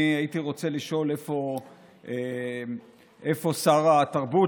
אני הייתי רוצה לשאול איפה שר התרבות,